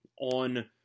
on